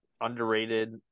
underrated